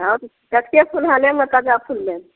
आउ तऽ कत्ते फूल अहाँ लेब ने तेतबा फूल देब